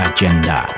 Agenda